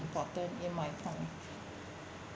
important in my time